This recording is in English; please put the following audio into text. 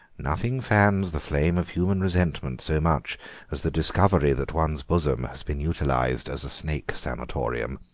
nothing fans the flame of human resentment so much as the discovery that one's bosom has been utilised as a snake sanatorium.